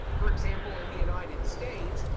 for example in the united states,